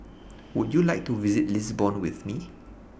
Would YOU like to visit Lisbon with Me